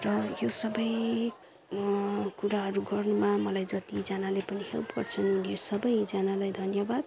र यो सबै कुराहरू गर्नुमा मलाई जतिजनाले पनि हेल्प गर्छन् उनीहरू सबैजनालाई धन्यवाद